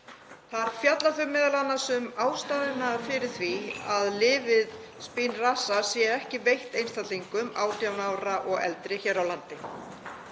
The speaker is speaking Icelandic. Þar fjalla þau m.a. um ástæðuna fyrir því að lyfið Spinraza sé ekki veitt einstaklingum 18 ára og eldri hér á landi.